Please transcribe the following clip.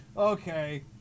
Okay